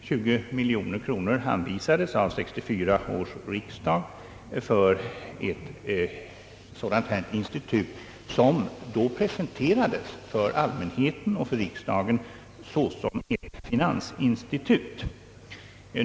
20 miljoner kronor anvisades av 1964 års riksdag för detta institut, som då presenterades för allmänheten och för riksdagen såsom ett finansinstitut.